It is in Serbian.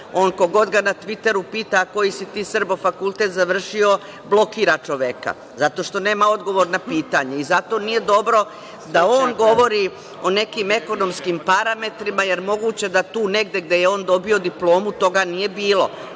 ko god ga na „Tviteru“ pita – koji si ti, Srbo, fakultet završio, blokira čoveka, jer nema odgovor na pitanje. Zato nije dobro da on govori o nekim ekonomskim parametrima, jer moguće da tu negde gde je dobio diplomu toga nije bilo.